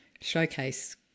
showcase